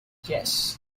yes